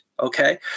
Okay